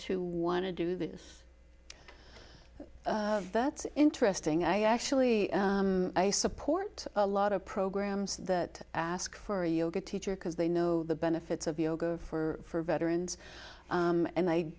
to want to do this that's interesting i actually i support a lot of programs that ask for a yoga teacher because they know the benefits of yoga for veterans and